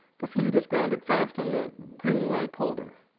the fleet is grounded fast on the greenway polder.